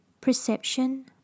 perception